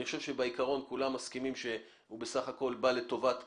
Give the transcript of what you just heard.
אני חושב שבעיקרון כולם מסכימים שהוא בסך הכול בא לטובת כולם,